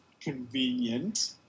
Convenient